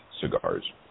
cigars